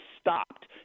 stopped